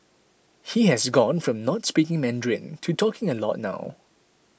he has gone from not speaking Mandarin to talking a lot now